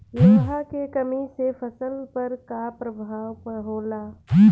लोहा के कमी से फसल पर का प्रभाव होला?